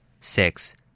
Six